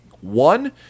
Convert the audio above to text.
One